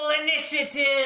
initiative